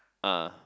ah